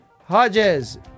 Hodges